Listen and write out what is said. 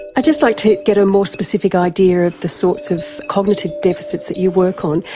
i'd just like to get a more specific idea of the sorts of cognitive deficits that you work on,